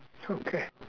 okay